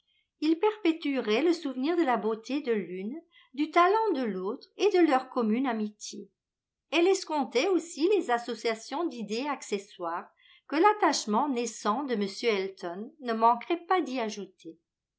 il perpétuerait le souvenir de la beauté de l'une du talent de l'autre et de leur commune amitié elle escomptait aussi les associations d'idées accessoires que l'attachement naissant de m elton ne manquerait pas d'y ajouter